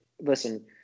listen